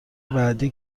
بعدی